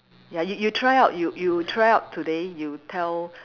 ya you you try out you you try out today you tell